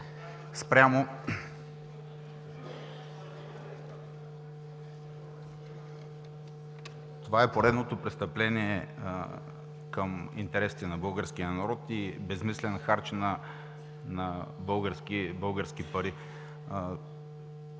че това е поредното престъпление към интересите на българския народ и безсмислено харчене на български пари.